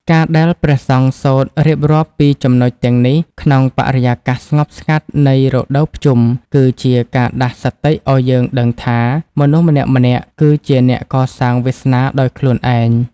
ការដែលព្រះសង្ឃសូត្ររៀបរាប់ពីចំណុចទាំងនេះ ក្នុងបរិយាកាសស្ងប់ស្ងាត់នៃរដូវភ្ជុំ គឺជាការដាស់សតិឱ្យយើងដឹងថា មនុស្សម្នាក់ៗគឺជាអ្នកកសាងវាសនាដោយខ្លួនឯង។